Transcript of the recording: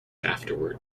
afterward